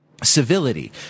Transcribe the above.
civility